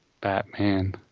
Batman